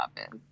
office